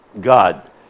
God